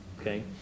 okay